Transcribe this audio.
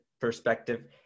perspective